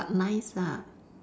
but nice lah